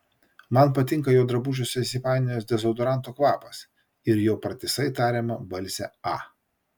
man patinka jo drabužiuose įsipainiojęs dezodoranto kvapas ir jo pratisai tariama balsė a